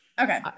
okay